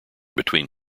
between